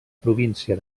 província